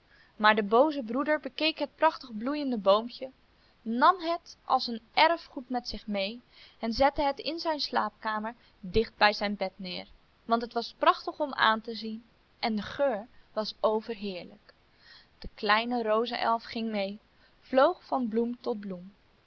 maar de booze broeder bekeek het prachtig bloeiende boompje nam het als een erfgoed met zich mee en zette het in zijn slaapkamer dicht bij zijn bed neer want het was prachtig om aan te zien en de geur was overheerlijk de kleine rozenelf ging mee vloog van bloem tot bloem